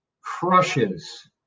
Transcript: crushes